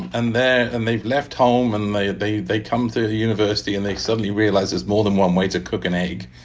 and they're and they've left home. and they they come through the university, and they suddenly realize there's more than one way to cook an egg.